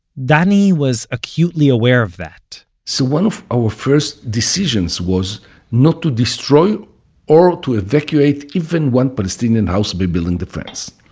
danny was acutely aware of that so one of our first decisions was not to destroy or to evacuate even one palestinian house by building the fence.